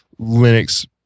Linux